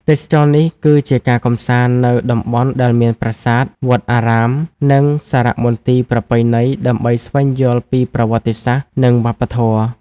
ទេសចរណ៍នេះ គឺជាការកំសាន្តនៅតំបន់ដែលមានប្រាសាទ វត្តអារាម និងសារមន្ទីរប្រពៃណីដើម្បីស្វែងយល់ពីប្រវត្តិសាស្រ្ត និងវប្បធម៌។